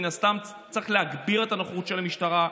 ומן הסתם צריך להגביר את הנוכחות של המשטרה.